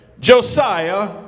Josiah